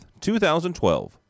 2012